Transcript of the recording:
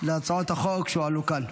להצעות החוק שהועלו כאן.